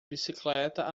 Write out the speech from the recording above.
bicicleta